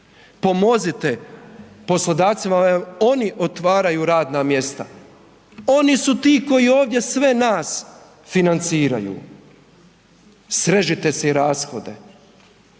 Pomozite poslodavcima oni otvaraju radna mjesta. Oni su ti koji ovdje sve nas financiraju. Srežite si i rashode.